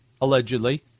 allegedly